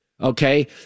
okay